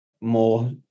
more